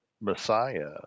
messiah